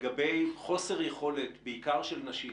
לגבי חוסר יכולת של נשים